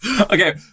Okay